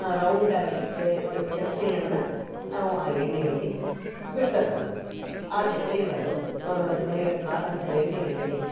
ರೌಂಡಾಗಿ ಗ ಚಕ್ಲಿಯನ್ನ ನಾವು ಆ ಎಣ್ಣೆಯಲ್ಲಿ ಬಿಡ್ತಕ್ಕಂಥದ್ದು ಆ ಚಕ್ಲಿಗಳು ಕರಿ ಕಾದಂಥ ಎಣ್ಣೆಯಲ್ಲಿ